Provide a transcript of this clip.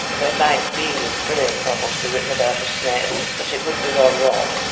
there might be a brilliant novel to be written about a snail but it would be rather odd.